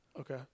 Okay